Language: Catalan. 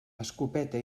escopeta